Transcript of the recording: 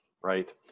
Right